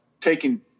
taking